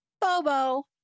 Bobo